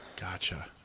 gotcha